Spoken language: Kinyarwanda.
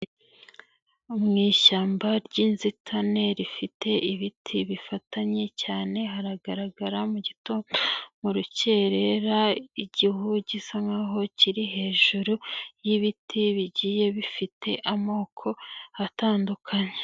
Mu ishyamba ry'inzitane rifite ibiti bifatanye cyane, haragaragara gitondo mu rukerera, igihu gisa nkaho kiri hejuru y'ibiti bigiye bifite amoko atandukanye.